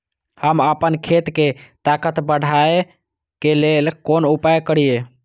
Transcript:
हम आपन खेत के ताकत बढ़ाय के लेल कोन उपाय करिए?